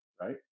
right